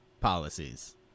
policies